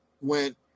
went